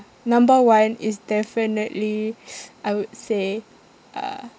number one is definitely I would say uh